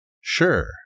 sure